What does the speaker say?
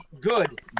good